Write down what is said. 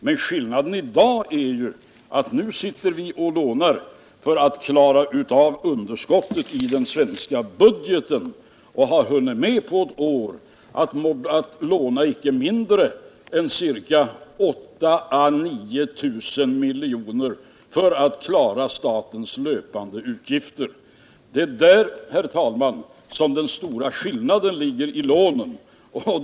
Men skillnaden i dag är att nu lånar vi för att klara underskottet i den svenska budgeten och har på ett år hunnit med att låna inte mindre än 8 000 å 9 000 miljoner för att klara statens löpande utgifter. Det är där, herr talman, som den stora skillnaden i lånen ligger.